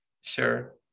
sure